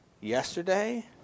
yesterday